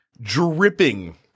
dripping